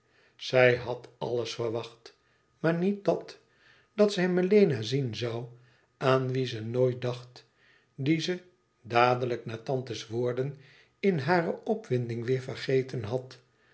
zij had alles verwacht maar niet dat dat zij melena zien zoû aan wien ze nooit dacht dien ze dadelijk na tante's woorden in hare opwinding weêr vergeten had